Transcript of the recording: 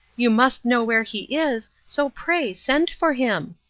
you must know where he is, so pray send for him.